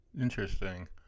Interesting